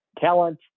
talent